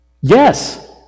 Yes